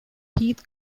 heath